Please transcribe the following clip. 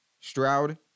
Stroud